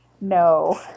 no